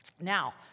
Now